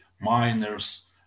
miners